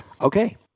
Okay